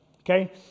Okay